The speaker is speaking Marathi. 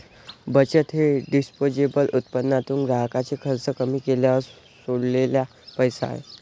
बचत हे डिस्पोजेबल उत्पन्नातून ग्राहकाचे खर्च कमी केल्यावर सोडलेला पैसा आहे